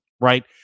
Right